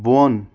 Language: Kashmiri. بۄن